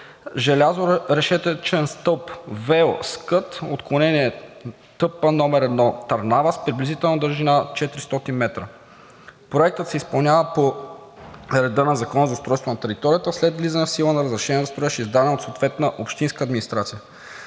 желязорешетъчен стълб ВЕЛ „Скът“ – отклонение ТП № 1, Търнава, с приблизителна дължина 400 метра. Проектът се изпълнява по реда на Закона за устройство на територията след влизане в сила на разрешение на строеж, издадено от съответната общинска администрация.